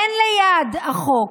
אין ליד החוק.